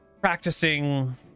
practicing